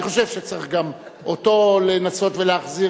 אני חושב שצריך גם אותו לנסות ולהחזיר